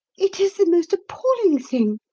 it is the most appalling thing.